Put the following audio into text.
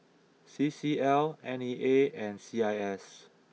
C C L N E A and C I S